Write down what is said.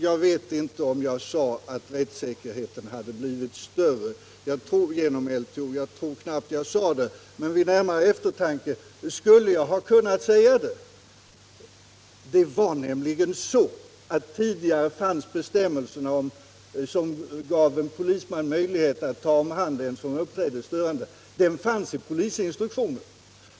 Jag vet inte om jag sade i mitt huvudanförande att rättssäkerheten hade blivit större genom LTO. Jag tror kanppast att jag sade det, men vid närmare eftertanke skulle jag ha kunnat göra det. Det var nämligen så tidigare att det fanns en bestämmelse som gav polisman möjlighet att ta hand om den som uppträdde störande. En sådan bestämmelse fanns i polisinstruktionen.